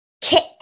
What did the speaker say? Kit